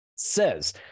says